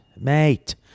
mate